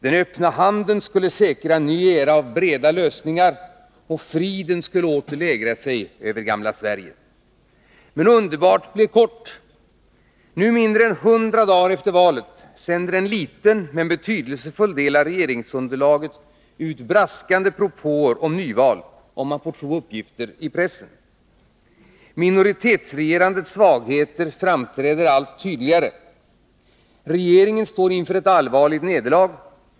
Den öppna handen skulle ge en ny era av breda lösningar, och frid skulle åter lägra sig över gamla Sverige. Men underbart blev kort! Nu, mindre än hundra dagar efter valet, sänder en liten men betydelsefull del av regeringsunderlaget ut braskande propåer om nyval, om man får tro uppgifter i pressen. Minoritetsregerandets svagheter framträder allt tydligare. Regeringen står inför ett allvarligt nederlag.